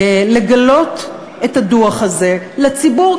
לגלות את הדוח הזה לציבור,